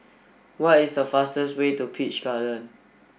what is the fastest way to Peach Garden